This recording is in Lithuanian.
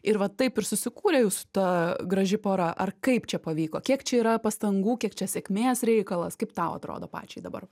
ir vat taip ir susikūrė jūsų ta graži pora ar kaip čia pavyko kiek čia yra pastangų kiek čia sėkmės reikalas kaip tau atrodo pačiai dabar